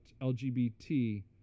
LGBT